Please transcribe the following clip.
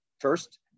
First